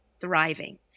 thriving